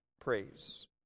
praise